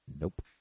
Nope